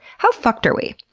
how fucked are we?